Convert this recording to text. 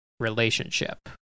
relationship